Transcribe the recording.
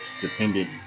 dependent